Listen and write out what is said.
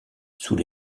sous